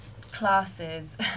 classes